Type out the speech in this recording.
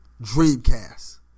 Dreamcast